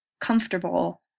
comfortable